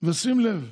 שים לב.